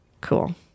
cool